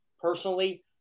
personally